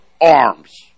arms